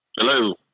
Hello